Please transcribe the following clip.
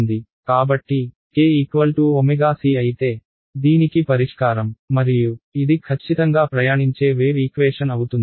కాబట్టి k c అయితే దీనికి పరిష్కారం మరియు ఇది ఖచ్చితంగా ప్రయాణించే వేవ్ ఈక్వేషన్ అవుతుంది